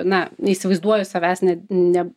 na neįsivaizduoju savęs ne ne